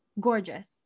Gorgeous